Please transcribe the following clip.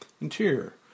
Interior